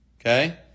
okay